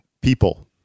people